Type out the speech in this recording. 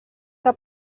que